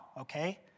okay